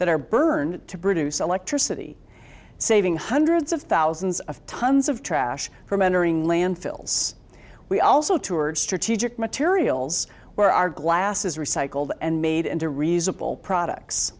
that are burned to produce electricity saving hundreds of thousands of tons of trash from entering landfills we also toured strategic materials where our glass is recycled and made into reasonable